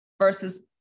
versus